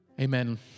Amen